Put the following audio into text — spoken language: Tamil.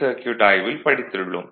சர்க்யூட் ஆய்வில் படித்துள்ளோம்